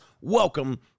welcome